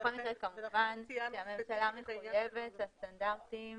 בכל מקרה, הממשלה מחויבת לסטנדרטים